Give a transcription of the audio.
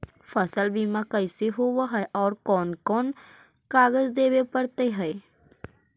फसल बिमा कैसे होब है और कोन कोन कागज देबे पड़तै है?